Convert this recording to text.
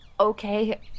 Okay